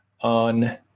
on